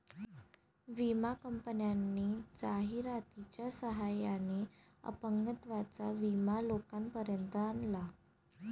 विमा कंपन्यांनी जाहिरातीच्या सहाय्याने अपंगत्वाचा विमा लोकांपर्यंत आणला